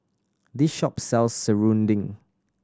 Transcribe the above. this shop sells serunding